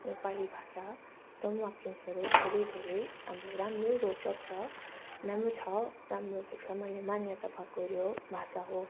नेपाली भाषा एकदम वाक्यांशहरू धेरै धेरै अब राम्रो रोचक र राम्रो छ राम्रो भई संविधानबाट मान्यता पाएको यो भाषा हो